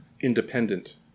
Independent